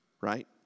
right